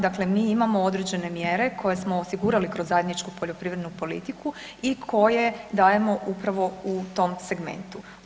Dakle, mi imamo određene mjere koje smo osigurali kroz zajedničku poljoprivrednu politiku i koje dajemo upravo u tom segmentu.